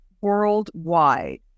Worldwide